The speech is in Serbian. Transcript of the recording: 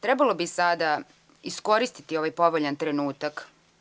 Trebalo bi sada iskoristiti ovaj povoljan trenutak.